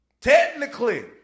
technically